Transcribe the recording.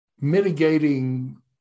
mitigating